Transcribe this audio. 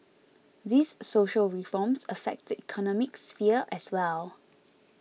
these social reforms affect the economic sphere as well